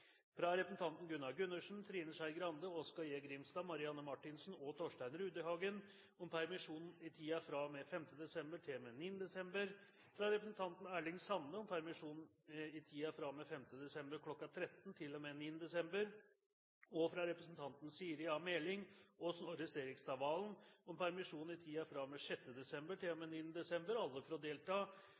fra representantene Gunnar Gundersen, Trine Skei Grande, Oskar J. Grimstad, Marianne Marthinsen og Torstein Rudihagen om permisjon i tiden fra og med 5. desember til og med 9. desember, fra representanten Erling Sande om permisjon i tiden fra og med 5. desember kl. 1500 til og med 9. desember, og fra representantene Siri A. Meling og Snorre Serigstad Valen om permisjon i tiden fra og med 6. desember